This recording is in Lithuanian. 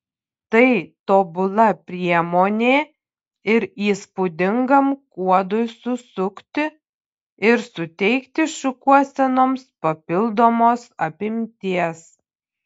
tai tobula priemonė ir įspūdingam kuodui susukti ir suteikti šukuosenoms papildomos apimties